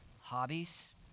hobbies